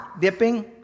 dipping